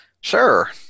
Sure